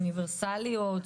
לאוניברסליות,